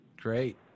Great